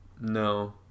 No